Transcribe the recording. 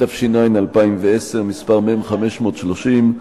התש"ע 2010, מ/530,